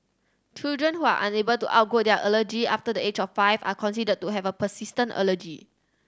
children who are unable to outgrow their allergy after the age of five are considered to have persistent allergy